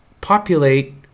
populate